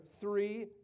three